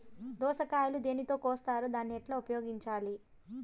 దోస కాయలు దేనితో కోస్తారు దాన్ని ఎట్లా ఉపయోగించాలి?